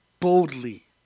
Boldly